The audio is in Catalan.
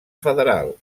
federal